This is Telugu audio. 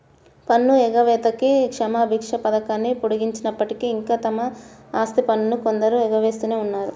పన్ను ఎగవేతకి క్షమాభిక్ష పథకాన్ని పొడిగించినప్పటికీ, ఇంకా తమ ఆస్తి పన్నును కొందరు ఎగవేస్తూనే ఉన్నారు